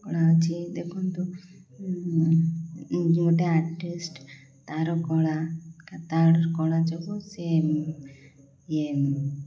କଳା ଅଛି ଦେଖନ୍ତୁ ଗୋଟେ ଆର୍ଟିଷ୍ଟ ତାର କଳା ତାର କଳା ଯୋଗୁଁ ସେ ଇଏ